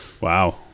Wow